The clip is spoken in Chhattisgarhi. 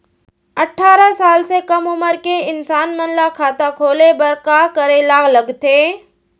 अट्ठारह साल से कम उमर के इंसान मन ला खाता खोले बर का करे ला लगथे?